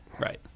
Right